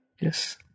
Yes